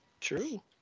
True